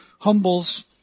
humbles